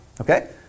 okay